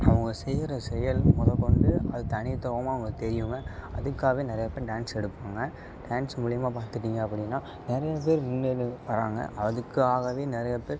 அவங்க செய்கிற செயல் மொதல் கொண்டு அது தனித்துவமாக அவங்க தெரிவாங்க அதுக்காகவே நிறைய பேர் டான்ஸ் எடுப்பாங்க டான்ஸ் மூலிமா பார்த்துட்டிங்க அப்படின்னா நிறையா பேர் முன்னேறி வர்றாங்க அதுக்காகவே நிறையா பேர்